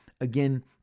again